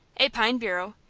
a pine bureau,